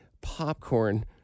popcorn